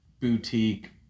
boutique